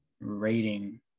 rating